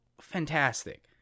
fantastic